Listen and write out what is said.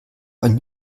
ein